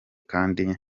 kandi